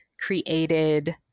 created